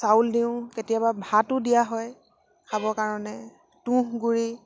চাউল দিওঁ কেতিয়াবা ভাতো দিয়া হয় খাবৰ কাৰণে তুঁহগুড়ি